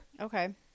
Okay